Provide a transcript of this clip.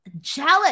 Jealous